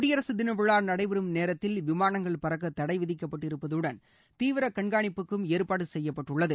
குடியரசு தின விழா நடைபெறும் நேரத்தில் விமானங்கள் பறக்க தடை விதிக்கப்பட்டிருப்பதுடன் தீவிர கண்காணிப்புக்கும் ஏற்பாடு செய்யப்பட்டுள்ளது